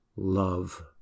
Love